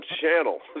channel